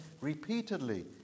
repeatedly